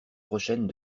prochaines